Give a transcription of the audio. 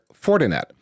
Fortinet